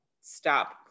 stop